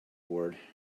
ward